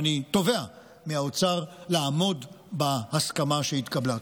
ואני תובע מהאוצר לעמוד בהסכמה שהתקבלה.